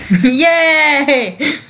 Yay